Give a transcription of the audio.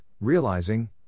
realizing